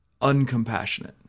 uncompassionate